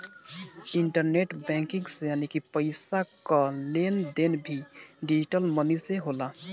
internet banking से पईसा कअ लेन देन भी डिजटल मनी से होला